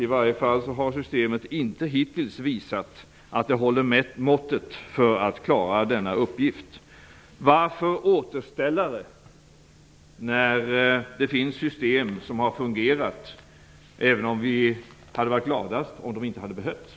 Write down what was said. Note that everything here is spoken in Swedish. I varje fall har systemet inte hittills visat att det håller måttet för att klara denna uppgift. Varför återställare, när det finns system som har fungerat - även om vi hade varit gladast om de inte hade behövts.